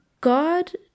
God